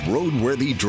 Roadworthy